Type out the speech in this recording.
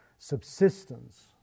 subsistence